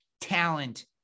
talent